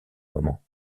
moment